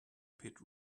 pit